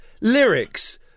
lyrics